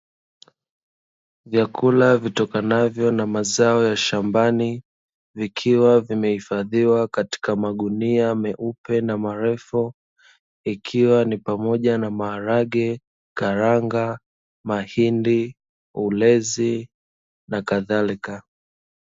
Vyakula vitokanavyo na mazao ya shambani, vikiwa vimehifadhiwa katika magunia meupe na marefu, ikiwa ni pamoja na: maharage, karanga, mahindi, ulezi na kadhalika.